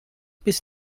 bis